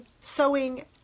sewing